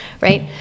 right